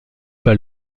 pas